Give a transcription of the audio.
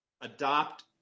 adopt